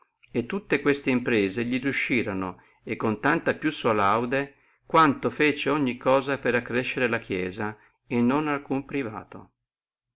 e tutte queste imprese li riuscirono e con tanta più sua laude quanto fece ogni cosa per accrescere la chiesia e non alcuno privato